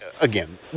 Again